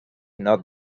not